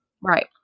Right